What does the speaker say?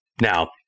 Now